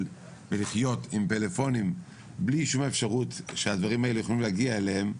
ולחיות עם פלאפונים בלי שום אפשרות שהדברים האלה יוכלו להגיע אליהם,